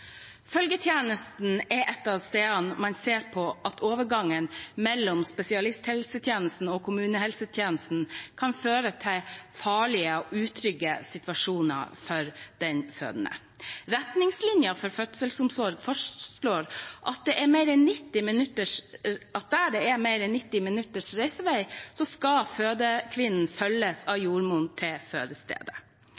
Følgetjenesten er et av stedene man ser at overgangen mellom spesialisthelsetjenesten og kommunehelsetjenesten kan føre til farlige og utrygge situasjoner for den fødende. Retningslinjene for fødselsomsorg fastslår at der det er mer enn 90 minutters reisevei, skal fødekvinnen følges av jordmor til fødestedet. Likevel følges dette, ifølge Jordmorforbundet, bare opp i 20 pst. av